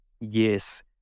yes